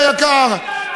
ידידי היקר,